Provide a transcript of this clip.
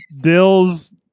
dill's